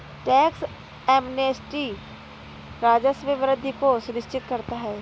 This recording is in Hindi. टैक्स एमनेस्टी राजस्व में वृद्धि को सुनिश्चित करता है